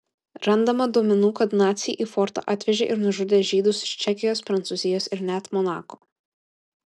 randama duomenų kad naciai į fortą atvežė ir nužudė žydus iš čekijos prancūzijos ir net monako